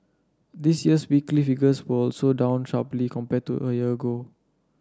this year's weekly figures were also down sharply compared to a year ago